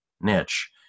niche